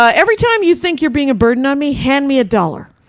ah every time you think you're being a burden on me, hand me a dollar.